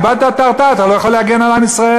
איבדת את ההרתעה, אתה לא יכול להגן על עם ישראל.